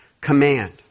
command